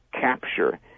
capture